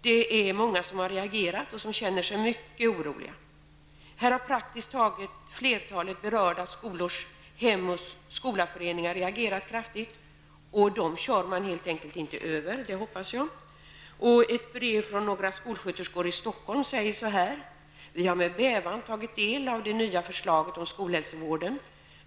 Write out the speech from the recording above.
Det är många som har reagerat och som känner sig mycket oroliga. Flertalet berörda skolors Hem och skola-föreningar har reagerat kraftigt. Dem kör man helt enkelt inte över, hoppas jag. I ett brev från några skolsköterskor i Stockholm står så här: ''Vi har med bävan tagit del av det nya förslaget om skolhälsovården.